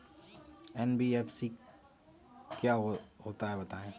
NBFC क्या होता है बताएँ?